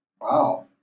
Wow